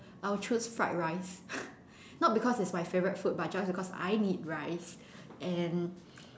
I will choose fried rice not because it's my favourite food but just because I need rice and